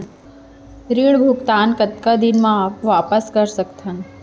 ऋण भुगतान कतका दिन म वापस कर सकथन?